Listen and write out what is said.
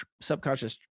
subconscious